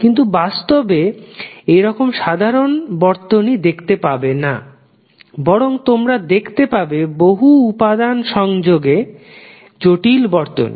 কিন্তু বাস্তবে তোমরা এরকম সাধারণ বর্তনী দেখতে পাবে না বরং তোমরা দেখতে পাবে বহু উপাদান সহযোগে জটিল বর্তনী